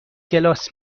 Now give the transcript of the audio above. کلاس